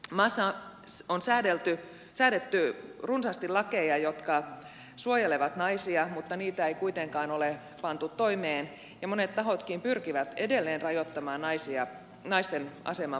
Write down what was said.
maassa on säädetty runsaasti lakeja jotka suojelevat naisia mutta niitä ei kuitenkaan ole pantu toimeen ja monet tahot pyrkivät edelleen rajoittamaan naisten aseman parantamista